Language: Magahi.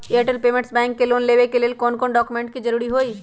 एयरटेल पेमेंटस बैंक से लोन लेवे के ले कौन कौन डॉक्यूमेंट जरुरी होइ?